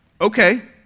okay